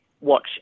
watch